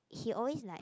he always like